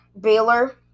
Baylor